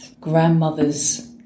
grandmother's